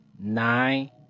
nine